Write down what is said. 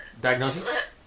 diagnosis